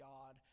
God